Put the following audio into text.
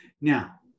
Now